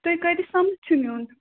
تۄہہِ کٕتِس تامَتھ چھُ نِیُن